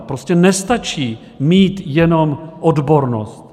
Prostě nestačí mít jenom odbornost.